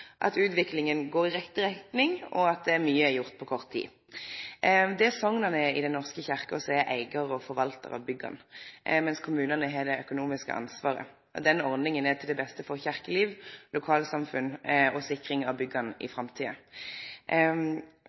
at utviklinga går i rett retning, og at mykje er gjort på kort tid. Det er sokna i Den norske kyrkja som er eigarar og forvaltarar av bygga, mens kommunane har det økonomiske ansvaret. Denne ordninga er til det beste for kyrkjeliv, lokalsamfunn og sikring av bygga i framtida.